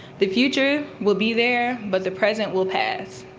the future will be there, but the present will pass.